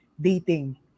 dating